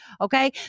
Okay